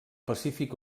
pacífic